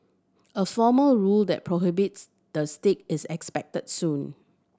a formal rule that prohibits the stick is expected soon